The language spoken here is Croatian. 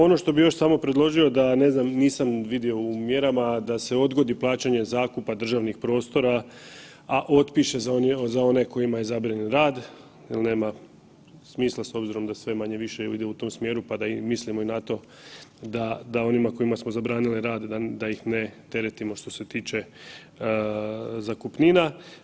Ono što bi još samo predložio da, ne znam, nisam vidio u mjerama, da se odgodi plaćanje zakupa državnih prostora, a otpiše za one kojima je zabranjen rad jel nema smisla s obzira da sve manje-više ide u tom smjeru, pa da i mislimo i na to da, da onima kojima smo zabranili rad da ih ne teretimo što se tiče zakupnina.